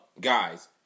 guys